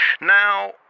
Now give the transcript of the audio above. Now